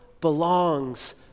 belongs